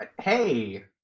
Hey